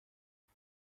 چشم